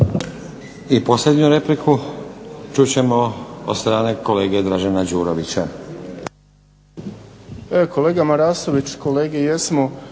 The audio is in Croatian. I posljednju repliku čut ćemo od strane kolege Dražena Đurovića.